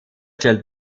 stellt